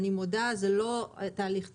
אני מודה, זה לא תהליך תקין,